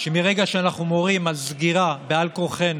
שמרגע שאנחנו מורים על סגירה בעל כורחנו,